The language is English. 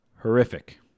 horrific